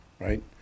right